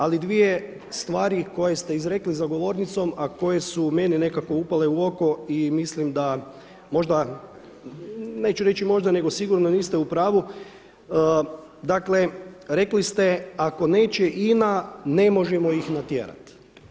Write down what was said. Ali dvije stvari koje ste izrekli za govornicom, a koje su meni nekako upale u oko i mislim da možda neću reći možda, neto sigurno niste u pravu dakle rekli ste ako neće INA ne možemo ih natjerati.